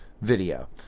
video